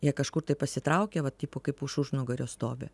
jie kažkur tai pasitraukę va tipo kaip už užnugario stovi